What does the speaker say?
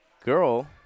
girl